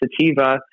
sativa